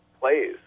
plays